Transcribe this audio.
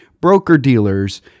broker-dealers